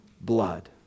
blood